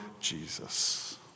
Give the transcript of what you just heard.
Jesus